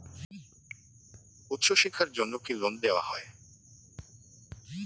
উচ্চশিক্ষার জন্য কি লোন দেওয়া হয়?